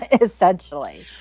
essentially